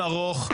דיון ארוך,